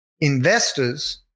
investors